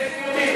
איזה יהודים?